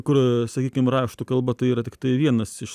kur sakykim raštų kalba tai yra tiktai vienas iš